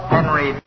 Henry